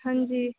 हाँ जी